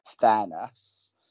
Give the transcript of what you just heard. fairness